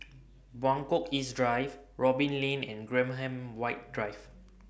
Buangkok East Drive Robin Lane and Graham White Drive